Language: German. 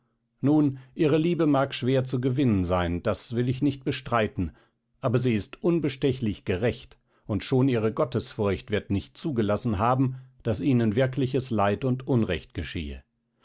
nun ihre liebe mag schwer zu gewinnen sein das will ich nicht bestreiten aber sie ist unbestechlich gerecht und schon ihre gottesfurcht wird nicht zugelassen haben daß ihnen wirkliches leid und unrecht geschehe